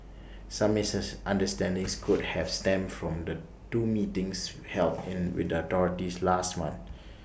some misses understanding could have stemmed from the two meetings helping with the authorities last month